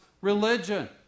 religion